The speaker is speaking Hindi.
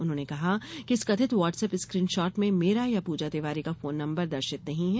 उन्होंने कहा कि इस कथित वाट्सएप स्क्रीन शह्ट में मेरा या पूजा तिवारी का फोन नंबर दर्शित नहीं है